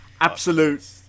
absolute